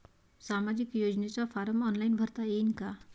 सामाजिक योजनेचा form online भरता येईन का?